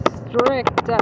strict